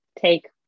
take